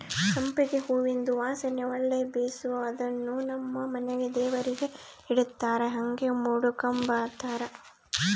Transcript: ಸಂಪಿಗೆ ಹೂವಿಂದು ವಾಸನೆ ಒಳ್ಳೆ ಬೇಸು ಅದುನ್ನು ನಮ್ ಮನೆಗ ದೇವರಿಗೆ ಇಡತ್ತಾರ ಹಂಗೆ ಮುಡುಕಂಬತಾರ